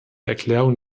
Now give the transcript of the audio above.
erklärung